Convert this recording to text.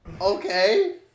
Okay